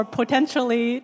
potentially